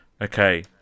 Okay